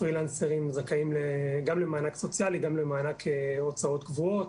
פרילנסרים זכאים גם למענק סוציאלי וגם למענק הוצאות קבועות,